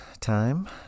time